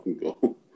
Go